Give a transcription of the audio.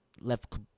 left